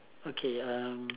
okay um